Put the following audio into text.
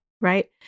right